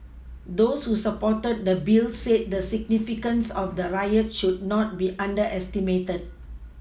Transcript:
those who supported the Bill said the significance of the riot should not be underestimated